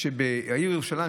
שבעיר ירושלים,